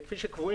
כפי שקבועים,